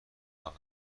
فقط